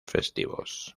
festivos